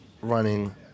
running